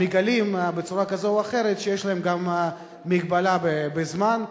ומגלים בצורה כזו או אחרת שיש להם גם מגבלה של זמן.